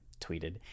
tweeted